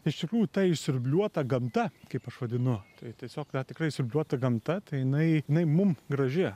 iš tikrųjų ta išsiurbliuota gamta kaip aš vadinu tai tiesiog tikrai išsiurbliuota gamta tai jinai jinai mum graži